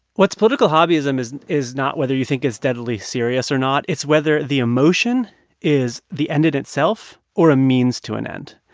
what's political hobbyism is is not whether you think it's deadly serious or not. it's whether the emotion is the end in itself or a means to an end.